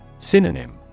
Synonym